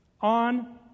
on